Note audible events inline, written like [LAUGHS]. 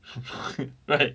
[LAUGHS] right